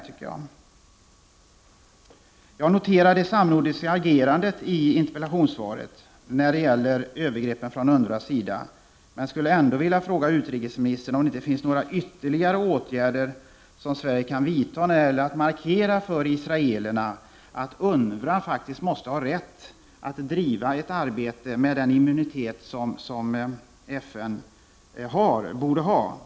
Jag noterar vad som sägs i interpellationssvaret om det samnordiska agerandet när det gäller övergreppen mot UNRWA. Jag skulle ändå vilja fråga utrikesministern om det inte finns några ytterligare åtgärder som Sverige kan vidta för att markera för israelerna att UNRWA faktiskt måste ha rätt att bedriva sitt arbete med den immunitet som FN borde ha.